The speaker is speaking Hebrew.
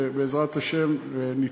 ובעזרת השם נתקדם.